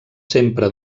sempre